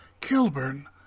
Kilburn